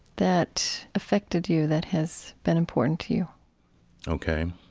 that affected you, that has been important to you ok.